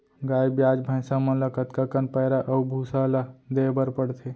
गाय ब्याज भैसा मन ल कतका कन पैरा अऊ भूसा ल देये बर पढ़थे?